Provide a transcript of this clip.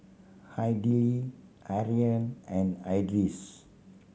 Aidil Aryan and Idris